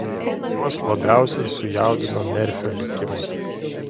juos labiausiai sujaudino merfio likimas